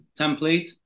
template